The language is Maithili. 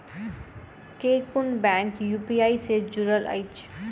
केँ कुन बैंक यु.पी.आई सँ जुड़ल अछि?